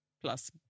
plus